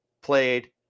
played